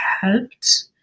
helped